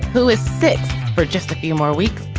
who is fit for just a few more weeks.